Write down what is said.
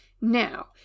Now